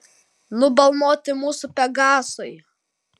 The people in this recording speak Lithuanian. nubalnoti mūsų pegasai